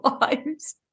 lives